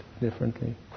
differently